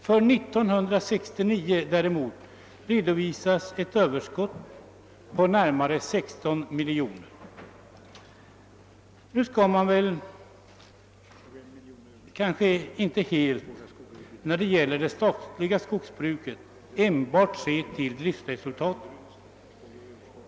För år 1968 redovisas däremot ett överskott på närmare 16 miljoner kronor. Jag vill framhålla att man inte enbart bör ta hänsyn till det statliga skogsbrukets driftresultat.